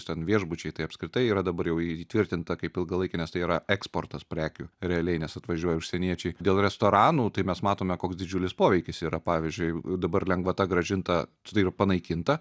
ten viešbučiai tai apskritai yra dabar jau įtvirtinta kaip ilgalaikė nes tai yra eksportas prekių realiai nes atvažiuoja užsieniečiai dėl restoranų tai mes matome koks didžiulis poveikis yra pavyzdžiui dabar lengvata grąžinta tai yra panaikinta